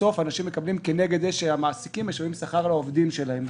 בסוף אנשים מקבלים כנגד זה שהמעסיקים משלמים שכר לעובדים שלהם.